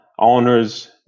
Owners